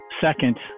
Second